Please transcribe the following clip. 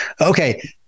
Okay